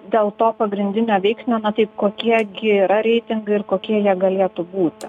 dėl to pagrindinio veiksnio tai kokie gi yra reitingai ir kokie jie galėtų būti